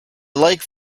like